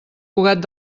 cugat